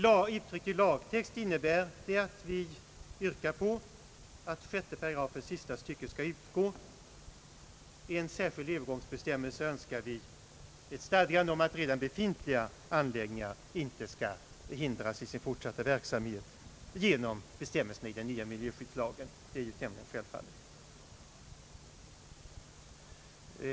Uttryckt i lagtext innebär det att vi yrkar på att 6 § sista stycket skall utgå. I en särskild övergångsbestämmelse önskar vi ett stadgande om att redan befintliga anläggningar inte skall hindras i sin fortsatta verksamhet genom bestämmelserna i den nya miljöskyddslagen. Det är ju tämligen självfallet.